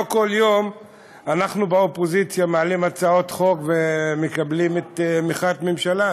לא כל יום אנחנו באופוזיציה מעלים הצעות חוק ומקבלים את תמיכת הממשלה,